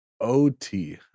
O-T